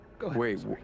wait